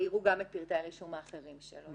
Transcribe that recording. יראו גם את פרטי הרישום האחרים שלו.